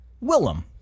Willem